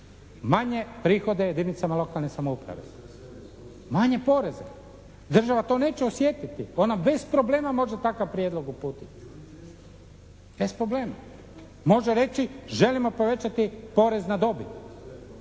Manje prihoda jedinicama lokalne samouprave, manje poreze. Država to neće osjetiti, ona bez problema može takav prijedlog uputiti, bez problema. Može reći želimo povećati porez na dobit.